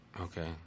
Okay